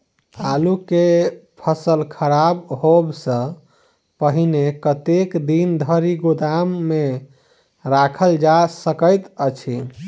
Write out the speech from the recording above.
आलु केँ फसल खराब होब सऽ पहिने कतेक दिन धरि गोदाम मे राखल जा सकैत अछि?